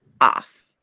off